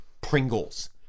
Pringles